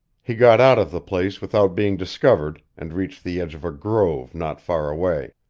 he got out of the place without being discovered, and reached the edge of a grove not far away.